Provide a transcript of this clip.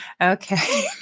Okay